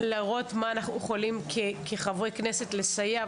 להראות מה אנחנו יכולים כחברי כנסת לסייע,